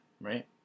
right